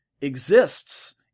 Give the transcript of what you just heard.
exists